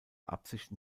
absichten